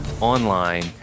online